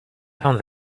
count